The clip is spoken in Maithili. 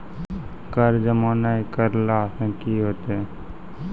कर जमा नै करला से कि होतै?